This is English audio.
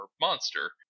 monster